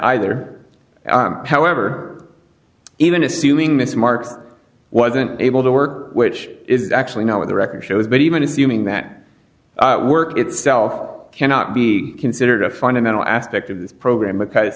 either however even assuming that smart wasn't able to work which is actually now with the record show that even if doing that work itself cannot be considered a fundamental aspect of the program because